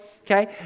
Okay